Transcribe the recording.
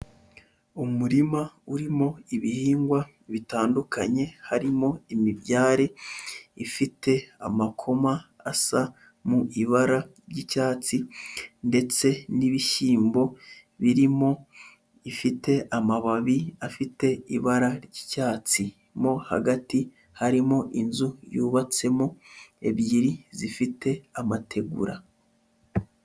Umurima urimo ibihingwa bitandukanye, harimo imibyare ifite amakoma asa mu ibara ry'icyatsi ndetse n'ibishyimbo birimo bifite amababi afite ibara ry'icyatsi mo hagati harimo inzu yubatsemo ebyiri zifite amategura.